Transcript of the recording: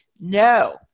No